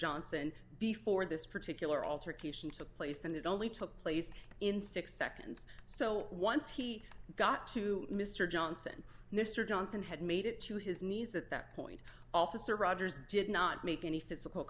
johnson before this particular alter casing took place and it only took place in six seconds so once he got to mr johnson mr johnson had made it to his knees at that point officer rogers did not make any physical